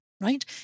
right